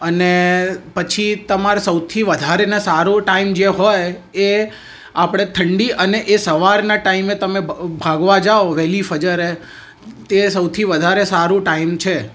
અને પછી તમારે સૌથી વધારેને સારો ટાઈમ જે હોય એ આપણે ઠંડી અને એ સવારના ટાઈમે તમે ભાગવા જાવ વહેલી ફજરે તે સૌથી વાધારે સારું ટાઈમ છે